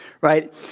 Right